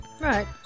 Right